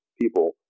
people